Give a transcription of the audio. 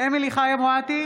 אמילי חיה מואטי